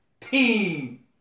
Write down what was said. team